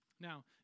Now